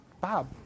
Bob